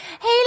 Hey